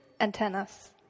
antennas